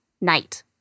night